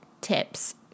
tips